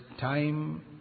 time